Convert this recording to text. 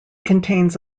contains